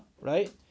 right